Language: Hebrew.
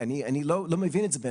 אני לא מבין את זה,